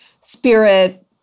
spirit